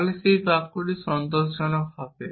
তাহলে সেই বাক্যটি সন্তোষজনক হবে